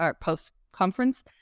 post-conference